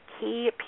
key